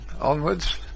onwards